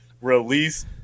release